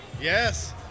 Yes